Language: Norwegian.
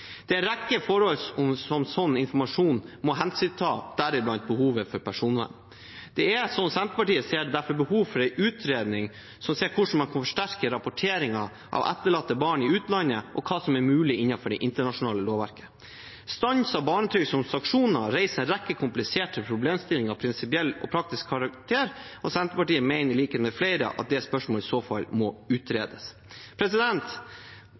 Det er en rekke forhold sånn informasjon må hensynta, deriblant behovet for personvern. Det er, sånn Senterpartiet ser det, derfor behov for en utredning som ser på hvordan man kan forsterke rapporteringen om etterlatte barn i utlandet, og hva som er mulig innenfor det internasjonale lovverket. Stans av barnetrygd som sanksjon reiser en rekke kompliserte problemstillinger av prinsipiell og praktisk karakter, og Senterpartiet mener i likhet med flere at det spørsmålet i så fall må